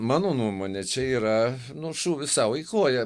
mano nuomone čia yra nu šūvis sau į koją